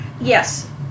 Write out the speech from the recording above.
Yes